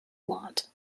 want